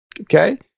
okay